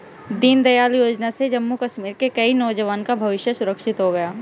दीनदयाल योजना से जम्मू कश्मीर के कई नौजवान का भविष्य सुरक्षित हो गया